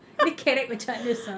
dia kerek macam mana sak